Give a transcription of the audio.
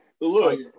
look